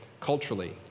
culturally